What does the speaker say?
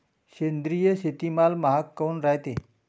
सेंद्रिय शेतीमाल महाग काऊन रायते?